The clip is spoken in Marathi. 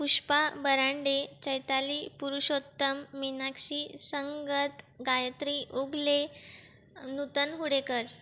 पुष्पा बरांडे चैताली पुरुषोत्तम मिनाक्षी संगत गायत्री उगले नूतन हुडेकर